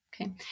Okay